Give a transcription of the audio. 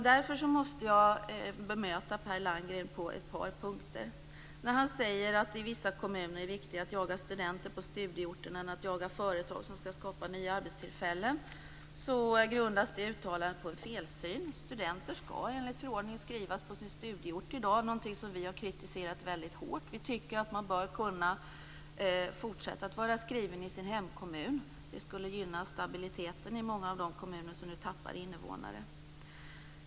Jag måste därför bemöta Per Landgren på ett par punkter. Han säger att det i vissa kommuner är viktigare att jaga studenter på studieorterna än att jaga företag som skall skapa nya arbetstillfällen. Det uttalandet grundas på en felsyn. Studenter skall enligt förordning i dag skrivas på sin studieort, något som vi har kritiserat väldigt hårt. Vi tycker att man bör kunna fortsätta att vara skriven i sin hemkommun. Det skulle gynna stabiliteten i många av de kommuner som nu tappar invånare.